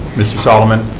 mr. solomon,